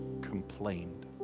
complained